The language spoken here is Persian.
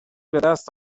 بدست